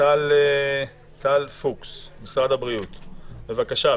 טל פוקס ממשרד הבריאות, בבקשה.